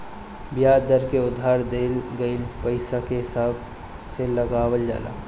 बियाज दर के उधार लिहल गईल पईसा के हिसाब से लगावल जाला